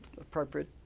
appropriate